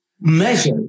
measure